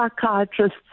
psychiatrists